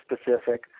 specific